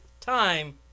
time